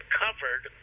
covered